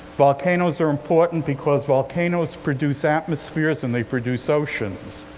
volcanoes are important, because volcanoes produce atmospheres and they produce oceans.